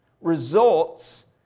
results